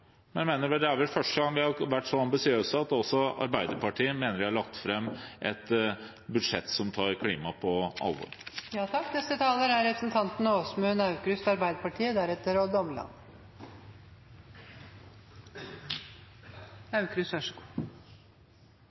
men det er vel første gang vi har vært så ambisiøse at også Arbeiderpartiet mener vi har lagt fram et budsjett som tar klima på alvor. Det synes jeg er